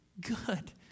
Good